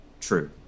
True